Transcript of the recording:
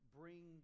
bring